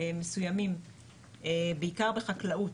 מסוימים בעיקר בחקלאות,